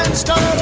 stuff